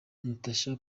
natacha